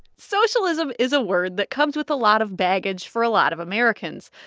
socialism is a word that comes with a lot of baggage for a lot of americans.